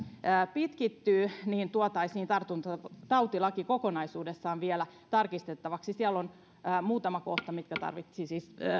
pitkittyy tuotaisiin tartuntatautilaki kokonaisuudessaan vielä tarkistettavaksi siellä on muutama kohta mitkä tarvitsisivat